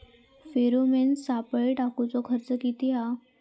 Pheromone सापळे टाकूचो खर्च किती हा?